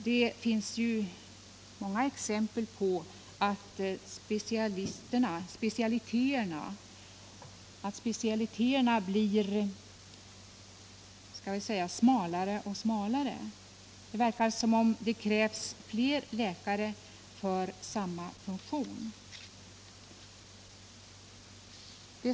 Det finns ju många exempel på att specialiteterna blir så att säga smalare och smalare; det verkar som om det krävs fler läkare för samma funktion.